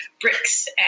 bricks